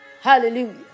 Hallelujah